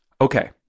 Okay